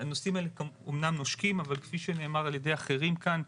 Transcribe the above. הנושאים האלה אמנם נושקים אבל כפי שנאמר על ידי אחרים כאן,